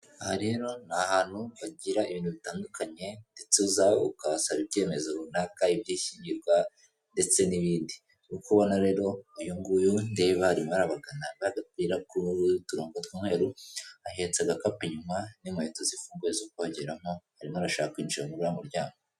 Aha rero ni ahantu bagira ibintu bitandukanye, ndetse uza ukabasaba ibyemezo runaka iby'ishyingirwa, ndetse n'ibindi. Nk'uko ubona rero uyu nguyu ndeba arimo arabagana n'gapira k'uturongo tw'umweru, ahetse agakapu inyuma n'inkweto zifunguye zo kogeramo, arimo arashaka kwinjira muri uriya muryango.